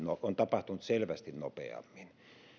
on tapahtunut selvästi nopeammin